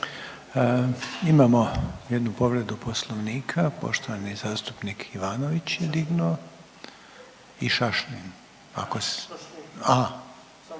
Imamo jednu povredu poslovnika, poštovani zastupnik Ivanović je dignuo i